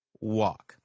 walk